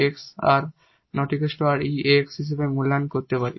𝑒 𝑎𝑥 হিসাবে মূল্যায়ন করতে পারি